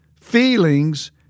feelings